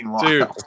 Dude